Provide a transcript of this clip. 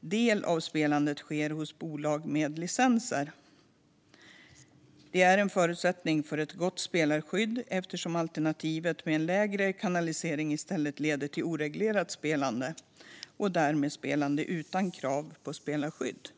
del av spelandet sker hos bolag med licenser. Det är en förutsättning för ett gott spelarskydd eftersom alternativet med en lägre kanalisering i stället leder till oreglerat spelande och därmed spelande utan krav på spelarskydd.